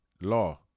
law